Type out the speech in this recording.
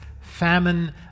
famine